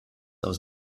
aus